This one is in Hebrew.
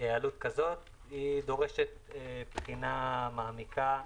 עלות כזאת זה דורש תקינה מעמיקה.